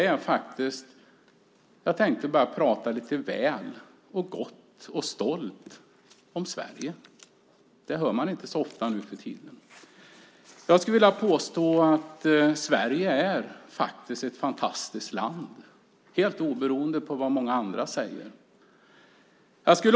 Jag tänkte bara prata lite väl och gott och stolt om Sverige. Det hör man inte så ofta nu för tiden. Jag skulle vilja påstå att Sverige faktiskt är ett fantastiskt land, helt oberoende av vad många andra säger.